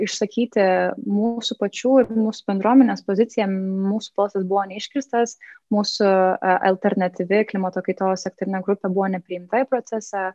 išsakyti mūsų pačių ir mūsų bendruomenės poziciją mūsų postas buvo neišgirstas mūsų alternatyvi klimato kaitos sektorinė grupė buvo nepriimta į procesą